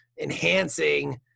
enhancing